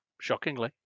Shockingly